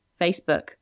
facebook